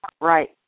right